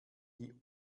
die